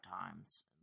times